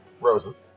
roses